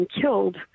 killed